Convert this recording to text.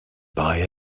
buy